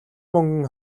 мөнгөн